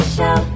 Show